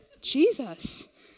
Jesus